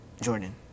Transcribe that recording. Jordan